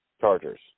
Chargers